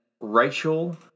Rachel